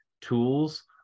tools